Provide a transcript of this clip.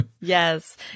Yes